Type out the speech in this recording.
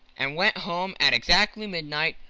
and went home at exactly midnight,